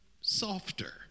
softer